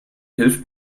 hilft